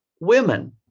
women